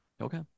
Okay